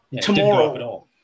tomorrow